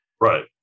Right